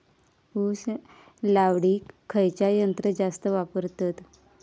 ऊस लावडीक खयचा यंत्र जास्त वापरतत?